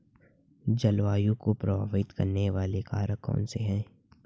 जलवायु को प्रभावित करने वाले कारक कौनसे हैं?